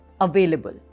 available